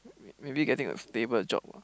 maybe getting a stable job ah